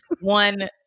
one